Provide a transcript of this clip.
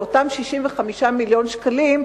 באותם 65 מיליון שקלים,